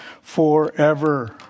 forever